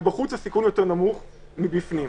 ובחוץ הסיכון יותר נמוך מאשר בפנים.